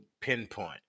pinpoint